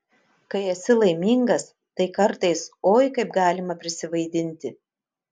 kai esi laimingas tai kartais oi kaip galima prisivaidinti